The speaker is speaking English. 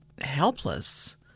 helpless